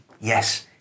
Yes